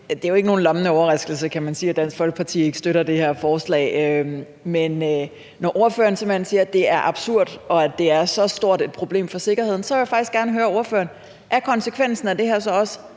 Det er jo ikke nogen lammende overraskelse, kan man sige, at Dansk Folkeparti ikke støtter det her forslag. Men når ordføreren simpelt hen siger, at det er absurd, og at det er så stort et problem for sikkerheden, vil jeg faktisk gerne høre ordføreren: Er konsekvensen af det her så også,